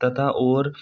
तथा और